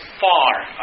far